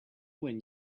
when